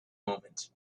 moment